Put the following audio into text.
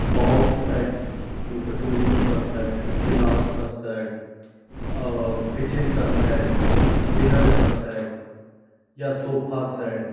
bowl set जो कटोरियों का सेट गिलास का सेट किचन का सेट डिनर का सेट या सोफ़ा सेट